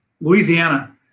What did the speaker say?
Louisiana